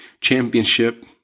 championship